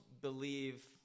believe